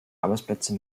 arbeitsplätze